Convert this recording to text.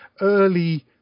early